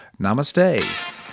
Namaste